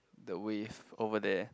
the wave over there